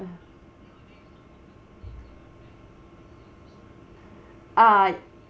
ah